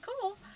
cool